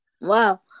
Wow